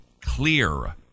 clear